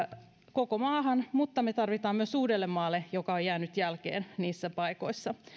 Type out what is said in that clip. koko maahan mutta me tarvitsemme niitä myös uudellemaalle joka on jäänyt jälkeen niissä paikoissa